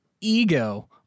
ego